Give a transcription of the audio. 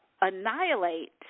annihilate